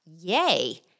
Yay